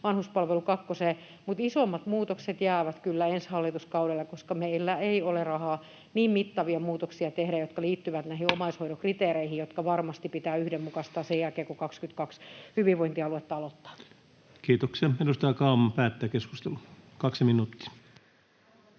vanhuspalvelu kakkoseen, mutta isoimmat muutokset jäävät kyllä ensi hallituskaudelle, koska meillä ei ole rahaa niin mittavia muutoksia tehdä, jotka liittyvät näihin omaishoidon kriteereihin, jotka varmasti pitää yhdenmukaistaa sen jälkeen kun 22 hyvinvointialueet aloittavat. [Speech 168] Speaker: Ensimmäinen